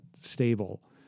stable